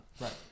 Right